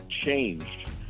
changed